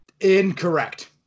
incorrect